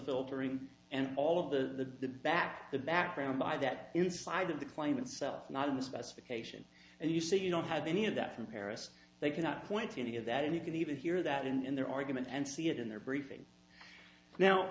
filtering and all of the back the background by that inside of the claim itself not in the specification and you say you don't have any of that from paris they cannot point to any of that and you can even hear that in their argument and see it in their briefing now